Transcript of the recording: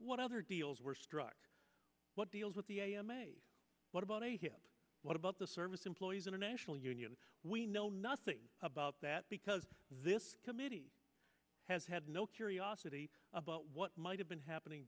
what other deals were struck deals with the a m a what about what about the service employees international union we know nothing about that because this committee has had no curiosity about what might have been happening